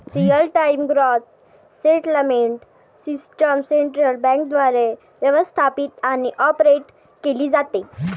real time gross settlement system central बँकेद्वारे व्यवस्थापित आणि ऑपरेट केली जाते